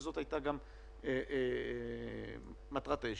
וזאת הייתה גם מטרת הישיבה.